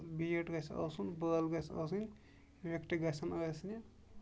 bat گژھِ آسُن ball گژھِ آسِنۍ وِکٹہٕ گژھن آسنہِ